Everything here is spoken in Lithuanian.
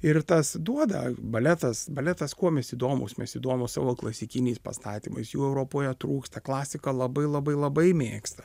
ir tas duoda baletas baletas kuom jis įdomūs mes įdomūs savo klasikiniais pastatymais jų europoje trūksta klasika labai labai labai mėgsta